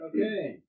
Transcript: Okay